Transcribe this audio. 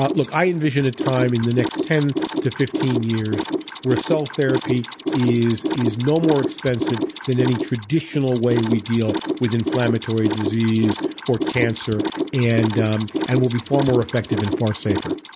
but look, i envision a time in the next ten to fifteen years where cell therapy is is no more expensive than any traditional way we deal with inflammatory disease or cancer and um and will be far more effective and far safer.